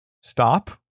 Stop